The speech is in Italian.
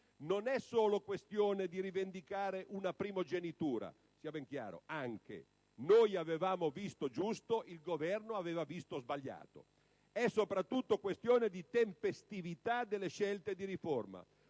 Non è solo questione di rivendicare una primogenitura (sia ben chiaro: noi avevamo visto giusto, il Governo aveva visto sbagliato); è soprattutto questione di tempestività delle scelte di riforma.